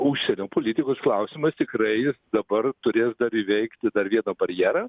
užsienio politikos klausimais tikrai dabar turės dar įveikti dar vieną barjerą